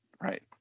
Right